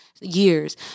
years